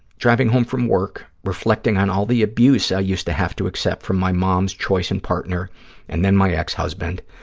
driving home from work, reflecting on all the abuse i used to have to accept from my mom's choice in partner and then my ex-husband,